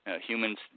Humans